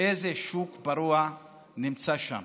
איזה שוק פרוע נמצא שם